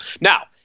Now